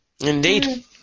Indeed